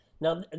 now